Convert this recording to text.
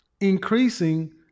increasing